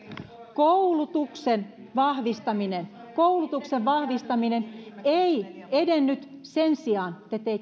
koulutuksen vahvistaminen koulutuksen vahvistaminen ei edennyt sen sijaan te teitte